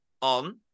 on